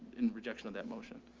in rejection of that motion.